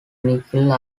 nickel